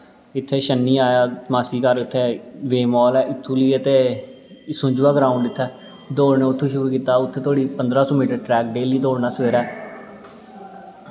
इत्थें छन्नी आया मासी घर वेवमॉल ऐ इत्थूं लेइयै ते सुंजमां ग्राउंड़ इत्थें दौड़ना उत्थें शुरु कीता पंदरां सौ मीटर ट्रैक डेल्ली दौड़ना सबैरे